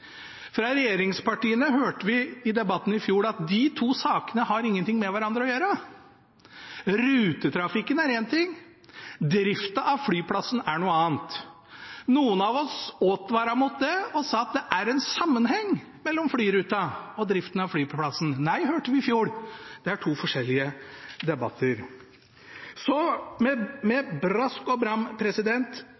Fra regjeringspartiene hørte vi i debatten i fjor at de to sakene har ingenting med hverandre å gjøre – rutetrafikken er én ting, driften av flyplassen er noe annet. Noen av oss advarte mot det og sa at det er en sammenheng mellom flyruta og driften av flyplassen. Nei, hørte vi i fjor, det er to forskjellige debatter. Så – med brask og bram